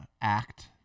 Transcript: act